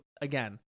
again